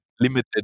Limited